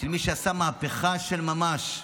מי שעשה מהפכה של ממש.